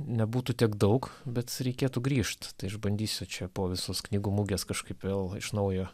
nebūtų tiek daug bet reikėtų grįžt tai aš bandysiu čia po visos knygų mugės kažkaip vėl iš naujo